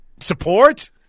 support